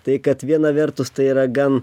tai kad viena vertus tai yra gan